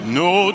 no